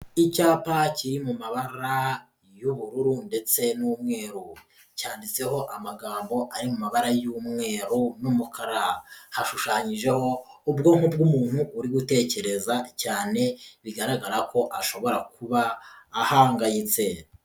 Icyapa kiri mu mabara y'ubururu ndetse n'umweru, cyanditseho amagambo ari mu mabara y'umweru n'umukara, hashushanyijeho ubwonko bw'umuntu uri gutekereza cyane, bigaragara ko ashobora kuba ahangayitse.